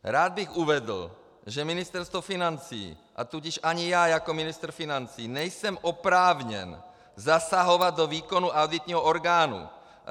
Rád bych uvedl, že Ministerstvo financí, a tudíž ani já jako ministr financí nejsem oprávněn zasahovat do výkonu auditního orgánu.